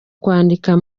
kwandika